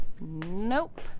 Nope